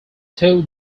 two